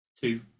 two